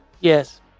Yes